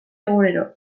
egunero